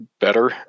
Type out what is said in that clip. better